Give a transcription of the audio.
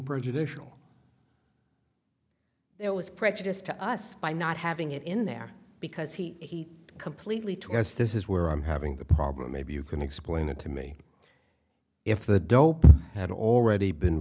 prejudicial it was prejudice to us by not having it in there because he completely to us this is where i'm having the problem maybe you can explain it to me if the dope had already been